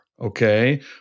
okay